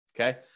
Okay